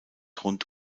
rund